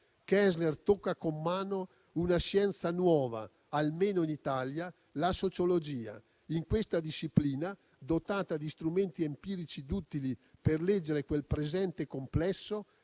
Kessler tocca con mano una scienza nuova, almeno in Italia: la sociologia. In questa disciplina, dotata di strumenti empirici duttili per leggere quel presente complesso,